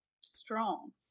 strong